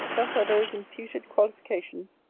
thus are those imputed qualifications,